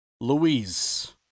Louise